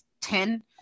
ten